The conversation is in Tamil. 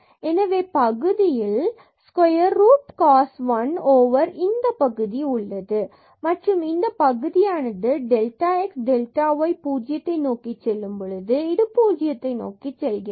எனவே பகுதியில் square root cos 1 இந்த பகுதி உள்ளது மற்றும் இந்த பகுதியானது டெல்டா x மற்றும் டெல்டா y பூஜ்ஜியத்தை நோக்கிச் செல்லும் பொழுது இது பூஜ்ஜியத்தை நோக்கி செல்கிறது